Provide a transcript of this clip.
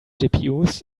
gpus